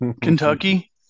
Kentucky